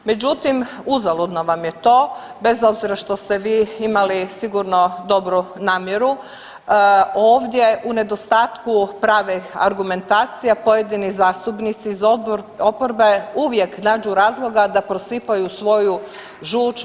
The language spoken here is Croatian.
Međutim, uzaludno vam je to bez obzira što ste vi imali sigurno dobru namjeru, ovdje u nedostatku pravih argumentacija pojedini zastupnici iz oporbe uvijek nađu razloga da prosipaju svoju žuč,